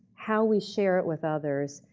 how we share it with others,